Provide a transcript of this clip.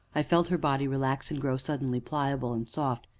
i felt her body relax and grow suddenly pliable and soft,